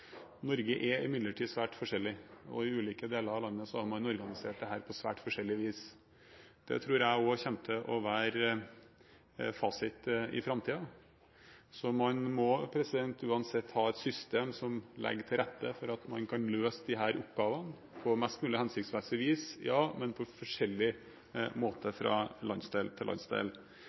Norge, og i ulike deler av landet har man organisert dette på svært forskjellig vis. Det tror jeg også kommer til å være fasit i framtiden. Så man må uansett ha et system som legger til rette for at man kan løse disse oppgavene på mest mulig hensiktsmessig vis, men på forskjellig måte fra landsdel til landsdel